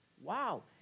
Wow